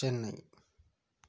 Chennai